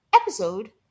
episode